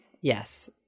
Yes